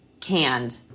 canned